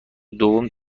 دوم